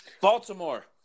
Baltimore